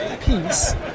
peace